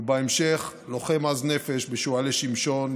ובהמשך לוחם עז נפש בשועלי שמשון,